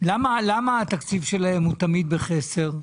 למה התקציב שלהם הוא תמיד בחסר?